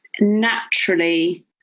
naturally